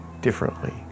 differently